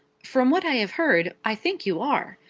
from what i have heard, i think you are.